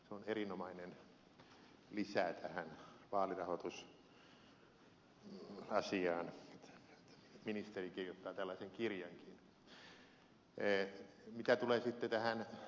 se on erinomainen lisä tähän vaalirahoitusasiaan että ministeri kirjoittaa tällaisen kirjankin